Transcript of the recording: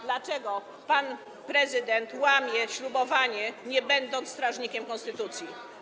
Dlaczego pan prezydent łamie ślubowanie, nie będąc strażnikiem konstytucji?